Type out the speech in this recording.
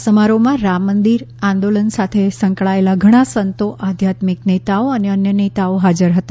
આ સમારોહમાં રામ મંદિર આંદોલન સાથે સંકળાયેલા ઘણા સંતો આધ્યાત્મિક નેતાઓ અને અન્ય નેતાઓ ફાજર હતા